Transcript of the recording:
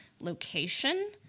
location